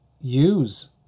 use